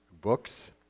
books